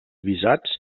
visats